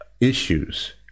issues